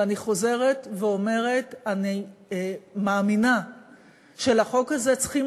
ואני חוזרת ואומרת: אני מאמינה שלחוק הזה צריכים